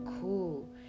cool